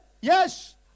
yes